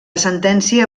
sentència